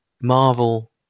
Marvel